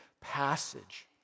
passage